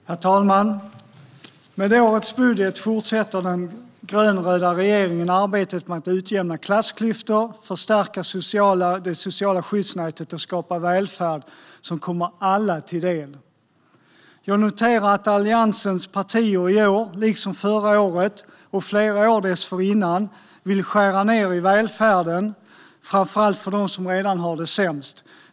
Herr talman! Med årets budget fortsätter den grönröda regeringen arbetet med att utjämna klassklyftor, förstärka det sociala skyddsnätet och skapa välfärd som kommer alla till del. Jag noterar att Alliansens partier - i år liksom förra året och flera år dessförinnan - vill skära ned i välfärden, framför allt för dem som redan har det sämst.